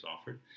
offered